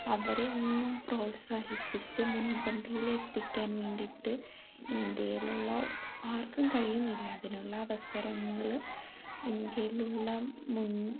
അവരെ ഒന്നും പ്രോത്സാഹിപ്പിച്ച് മുൻപന്തിയിലെത്തിക്കാൻ വേണ്ടിയിട്ട് ഇന്ത്യയിലുള്ള ആർക്കും കഴിയുന്നില്ല അതിനുള്ള അവസരങ്ങൾ ഇന്ത്യയിലുള്ള മുൻ